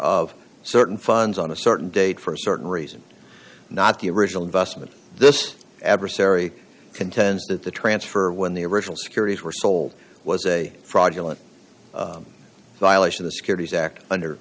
of certain funds on a certain date for certain reasons not the original investment this adversary contends that the transfer when the original securities were sold was a fraudulent violation the securities act under